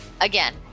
Again